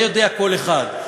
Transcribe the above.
את זה יודע כל אחד,